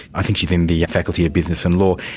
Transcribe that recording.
i think she's in the faculty of business and law.